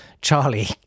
Charlie